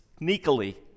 sneakily